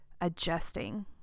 adjusting